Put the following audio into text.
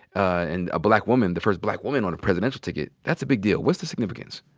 and a black woman, the first black woman on a presidential ticket. that's a big deal. what's the significance?